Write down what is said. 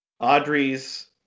Audrey's